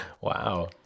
wow